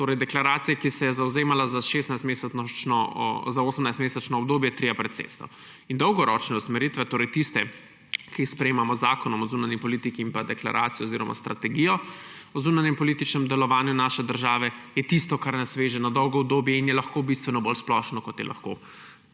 torej deklaracija, ki se je zavzemala za 18-mesečno obdobje tria predsedstev. Dolgoročne usmeritve, torej tiste, ki jih sprejemamo z zakonom o zunanji politiki in deklaracijo oziroma strategijo o zunanjepolitičnem delovanju naše države, so tisto, kar nas veže na dolgo obdobje in je lahko bistveno bolj splošno, kot je lahko